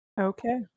Okay